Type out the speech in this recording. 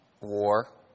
war